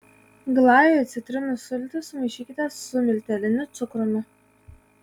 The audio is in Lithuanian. glajui citrinų sultis sumaišykite su milteliniu cukrumi